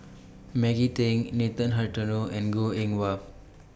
Maggie Teng Nathan Hartono and Goh Eng Wah